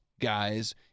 guys